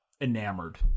enamored